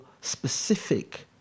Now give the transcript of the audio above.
specific